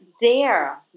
dare